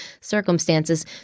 circumstances